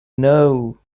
know